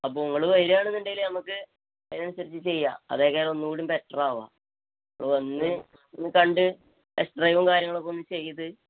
അപ്പം നിങ്ങൾ വരികയാണ് എന്നുണ്ടെങ്കിൽ നമുക്ക് അതിനനുസരിച്ച് ചെയ്യാം അതേക്കാലം ഒന്നുകൂടിയും ബെറ്ററ് ആവുക അപ്പം വന്ന് ഒന്ന് കണ്ട് ടെസ് ഡ്രൈവും കാര്യങ്ങളൊക്കെ ഒന്ന് ചെയ്ത്